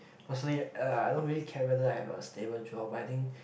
personally uh I don't really care whether I have a stable job but I think